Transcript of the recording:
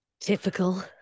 typical